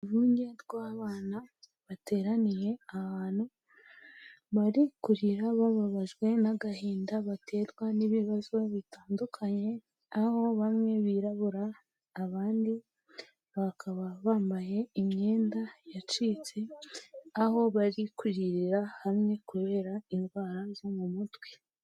Uruvunge rw'abana bateraniye ahantu bari kurira bababajwe n'agahinda baterwa n'ibibazo bitandukanye, aho bamwe birabura, abandi bakaba bambaye imyenda yacitse, aho bari kuririra hamwe kubera indwara zo mu mutwe.